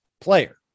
player